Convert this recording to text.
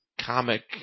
Comic